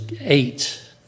eight